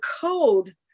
code